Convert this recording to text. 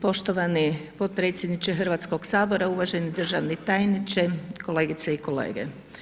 Poštovani podpredsjedniče Hrvatskog sabora, uvaženi državni tajniče, kolegice i kolege.